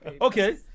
Okay